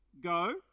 Go